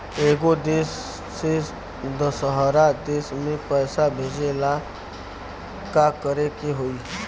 एगो देश से दशहरा देश मे पैसा भेजे ला का करेके होई?